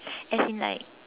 as in like